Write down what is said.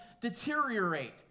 deteriorate